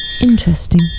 Interesting